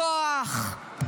בכוח,